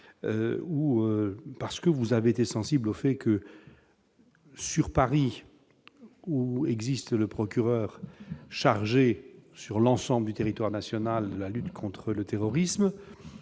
équilibre. Vous avez été sensible au fait que, à Paris, où il y a le procureur chargé sur l'ensemble du territoire national de la lutte contre le terrorisme,